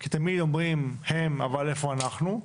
כי תמיד אומרים הם, אבל איפה אנחנו.